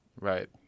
Right